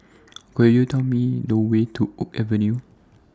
Could YOU Tell Me The Way to Oak Avenue